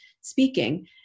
speaking